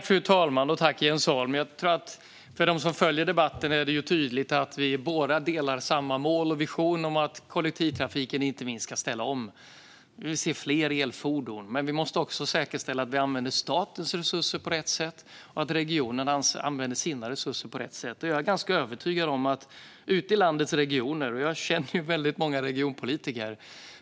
Fru talman! För dem som följer debatten är det nog tydligt att Jens Holm och jag har samma mål och vision om att kollektivtrafiken ska ställa om; vi vill se fler elfordon. Men man måste också säkerställa att man använder statens resurser på rätt sätt och att regionerna använder sina resurser på rätt sätt. Jag känner ju väldigt många regionpolitiker.